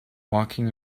walking